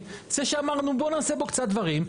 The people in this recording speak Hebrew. זה שאמרנו בוא נעשה בו קצת דברים,